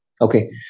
Okay